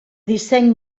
disseny